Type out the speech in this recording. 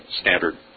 standard